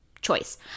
choice